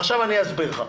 עכשיו אני אסביר לך.